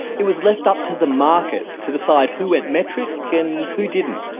it was left up to the market to decide who went metric and who didn't.